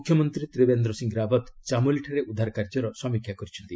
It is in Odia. ମୁଖ୍ୟମନ୍ତ୍ରୀ ତ୍ରିବେନ୍ଦ୍ର ସିଂ ରାବତ୍ ଚାମୋଲିଠାରେ ଉଦ୍ଧାର କାର୍ଯ୍ୟର ସମୀକ୍ଷା କରିଛନ୍ତି